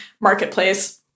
marketplace